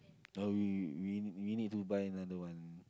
no we we need we need to buy another one